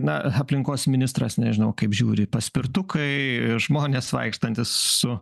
na aplinkos ministras nežinau kaip žiūri paspirtukai žmonės vaikštantys su